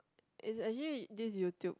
is actually this YouTube